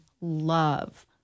love